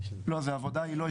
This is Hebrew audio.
לא, העבודה היא לא אצלנו.